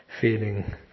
feeling